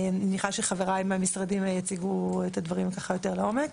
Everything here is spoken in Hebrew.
אני מניחה שחבריי מהמשרדים יציגו את הדברים ככה יותר לעומק.